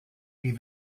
die